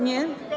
Nie?